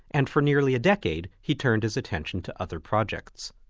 and for nearly a decade he turned his attention to other projects.